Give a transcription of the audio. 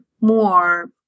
more